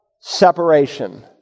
separation